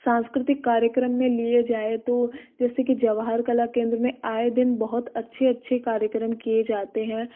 सांस्कृतिक कार्यक्रम में लिया जाए तो जैसे कि जवाहर कला केंद्र में आए दिन बहुत अच्छे अच्छे कार्यक्रम किए जाते हैं